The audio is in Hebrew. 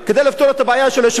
אני פותר את הבעיה של הקרקעות.